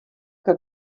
que